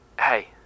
Hey